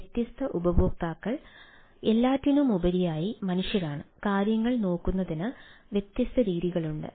വ്യത്യസ്ത ഉപയോക്താക്കൾ എല്ലാറ്റിനുമുപരിയായി മനുഷ്യരാണ് കാര്യങ്ങൾ നോക്കുന്നതിന് വ്യത്യസ്ത രീതികളുണ്ട്